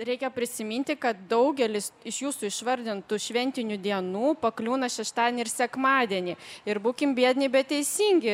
reikia prisiminti kad daugelis iš jūsų išvardintų šventinių dienų pakliūna šeštadienį ir sekmadienį ir būkim biedni bet teisingi